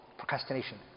Procrastination